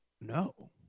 No